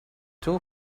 too